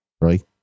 right